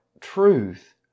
truth